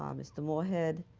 um mr. moore head,